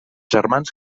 germans